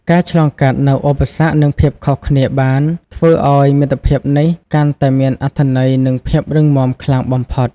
ការឆ្លងកាត់នូវឧបសគ្គនិងភាពខុសគ្នាបានធ្វើឲ្យមិត្តភាពនេះកាន់តែមានអត្ថន័យនិងភាពរឹងមាំខ្លាំងបំផុត។